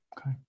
Okay